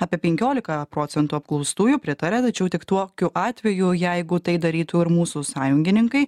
apie penkiolika procentų apklaustųjų pritaria tačiau tik tokiu atveju jeigu tai darytų ir mūsų sąjungininkai